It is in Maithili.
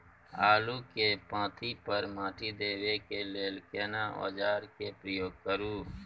आलू के पाँति पर माटी देबै के लिए केना औजार के प्रयोग करू?